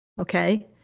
Okay